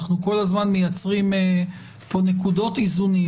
אנחנו כל הזמן מייצרים פה נקודות ואיזונים,